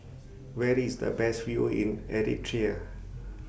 Where IS The Best View in Eritrea